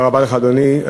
בבקשה, אדוני.